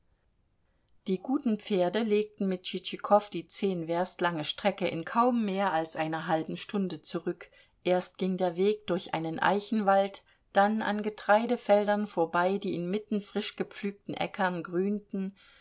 die guten pferde legten mit tschitschikow die zehn werst lange strecke in kaum mehr als einer halben stunde zurück erst ging der weg durch einen eichenwald dann an getreidefeldern vorbei die inmitten frischgepflügten äckern grünten